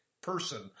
person